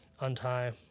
untie